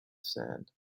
sand